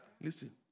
Listen